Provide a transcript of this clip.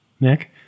Nick